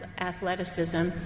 athleticism